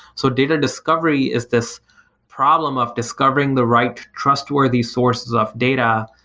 so data discovery is this problem of discovering the right trustworthy sources of data,